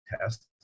test